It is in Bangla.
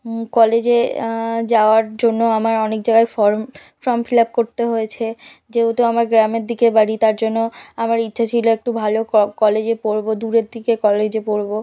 হুম কলেজে যাওয়ার জন্য আমার অনেক জায়গায় ফর্ম ফর্ম ফিল আপ করতে হয়েছে যেহেতু আমার গ্রামের দিকে বাড়ি তার জন্য আমার ইচ্ছা ছিলো একটু ভালো কলেজে পড়বো দূরের দিকে কলেজে পড়বো